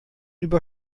über